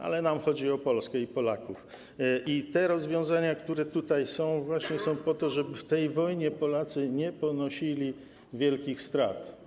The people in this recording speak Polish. Ale nam chodzi o Polskę i Polaków i te rozwiązania, które tutaj są zawarte, są właśnie po to, żeby w tej wojnie Polacy nie ponosili wielkich strat.